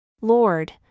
Lord